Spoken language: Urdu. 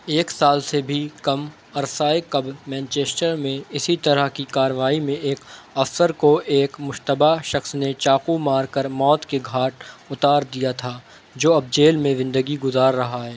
ایک سال سے بھی کم عرصۂ قبل مانچسٹر میں اسی طرح کی کارروائی میں ایک افسر کو ایک مشتبہ شخص نے چاقو مار کر موت کے گھاٹ اتار دیا تھا جو اب جیل میں زندگی گزار رہا ہے